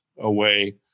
away